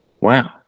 Wow